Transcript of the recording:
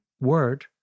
word